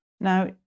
Now